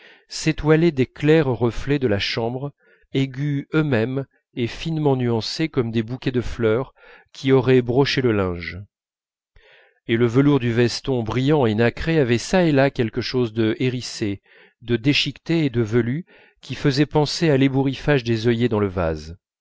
s'étoilait des clairs reflets de la chambre aigus eux-mêmes et finement nuancés comme des bouquets de fleurs qui auraient broché le linge et le velours du veston brillant et nacré avait çà et là quelque chose de hérissé de déchiqueté et de velu qui faisait penser à l'ébouriffage des œillets dans le vase